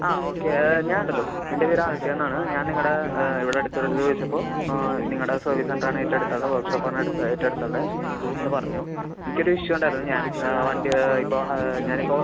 ആ ഓക്കെ ഞാൻ ഉണ്ടല്ലോ എൻ്റെ പേര് ആദിത്യാന്നാണ് ഞാൻ നിങ്ങളുടെ ഇവിടെ അടുത്ത് ഒരിടത്ത് ചോദിച്ചപ്പോൾ നിങ്ങളുടെ സർവീസ് സെൻ്ററാണ് ഏറ്റോം അടുത്തുള്ള വർക്ക് ഷോപ്പാണ് അടുത്ത ഏറ്റോവടുത്തുള്ളത് എന്ന് പറഞ്ഞു എനിക്കൊരു ഇഷ്യൂ ഉണ്ടായിരുന്നു ഞാൻ വണ്ടി ഇപ്പോൾ ഞാനിപ്പോൾ